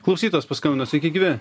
klausytojas paskambino sveiki gyvi